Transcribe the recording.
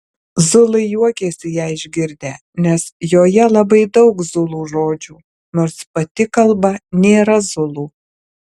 zulai juokėsi ją išgirdę nes joje labai daug zulų žodžių nors pati kalba nėra zulų